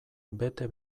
bete